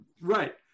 Right